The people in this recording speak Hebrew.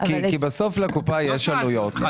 בסוף לקופה יש עלויות.